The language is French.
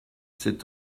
cette